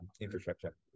infrastructure